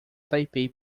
taipei